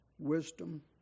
wisdom